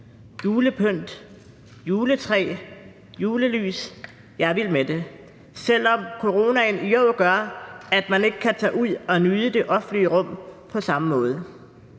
julepynt, juletræer, julelys, jeg er vild med det – selv om coronaen i år gør, at man ikke kan tage ud og nyde det offentlige rum på samme måde.